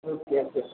okay okay